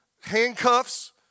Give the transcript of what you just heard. handcuffs